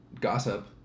gossip